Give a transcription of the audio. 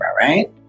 right